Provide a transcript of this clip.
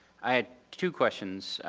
i had two questions.